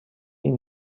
این